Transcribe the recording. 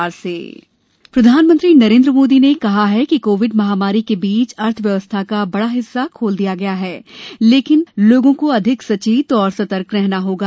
मन की बात प्रधानमंत्री नरेन्द्र मोदी ने कहा है कि कोविड महामारी के बीच अर्थव्यवस्था का बड़ा हिस्सा खोल दिया गया है लेकिन लोगों को अधिक संचेत और सतर्क रहने होगा